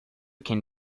can